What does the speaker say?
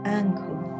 ankle